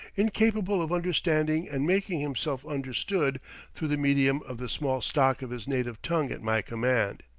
incapable of understanding and making himself understood through the medium of the small stock of his native tongue at my command.